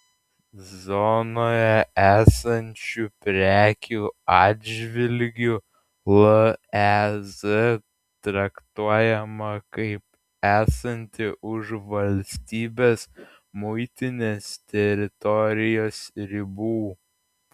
zonoje esančių prekių atžvilgiu lez traktuojama kaip esanti už valstybės muitinės teritorijos ribų